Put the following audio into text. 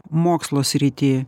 mokslo srity